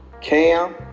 Cam